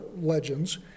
legends